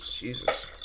Jesus